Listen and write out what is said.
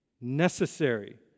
Necessary